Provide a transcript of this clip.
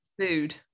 food